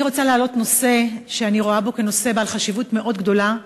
אני רוצה להעלות נושא שאני רואה בו נושא בעל חשיבות מאוד גדולה,